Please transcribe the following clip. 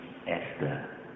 Esther